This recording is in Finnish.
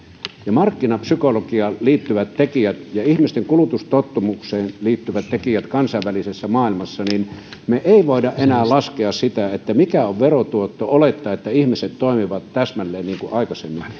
ja markkinapsykologiaan liittyvät tekijät ja ihmisten kulutustottumukseen liittyvät tekijät kansainvälisessä maailmassa me emme voi enää laskea sitä mikä on verotuotto ja olettaa että ihmiset toimivat täsmälleen niin kuin aikaisemmin